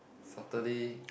Saturday